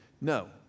No